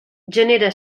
genera